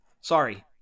Sorry